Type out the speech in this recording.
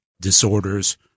disorders